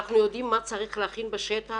אנחנו יודעים מה צריך להכין בשטח,